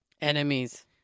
enemies